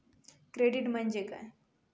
Credit म्हणजे काय?